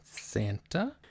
Santa